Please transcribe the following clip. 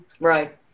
Right